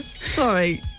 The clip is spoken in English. Sorry